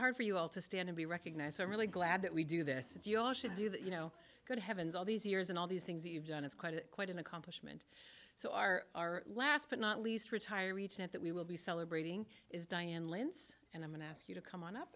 hard for you all to stand to be recognized i'm really glad that we do this as you all should do that you know good heavens all these years and all these things you've done is quite a quite an accomplishment so our last but not least retire each at that we will be celebrating is diane lance and i'm going to ask you to come on up